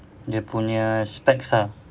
dia punya specs ah